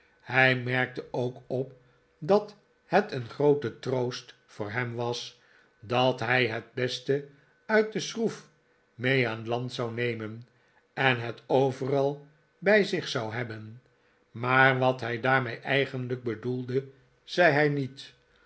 hij merkte ook op dat het een groote troost voor hem was dat hij het beste uit de schroef mee aan land zou nemen en het overal bij zich zou hebben maar wat hij daarmee eigenlijk bedoelde zei hij niet